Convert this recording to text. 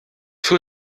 für